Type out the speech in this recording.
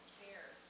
care